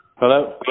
Hello